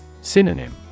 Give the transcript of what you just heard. Synonym